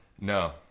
No